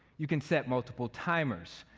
you can set multiple timers.